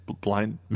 Blind